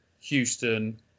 Houston